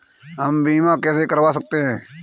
हम बीमा कैसे करवा सकते हैं?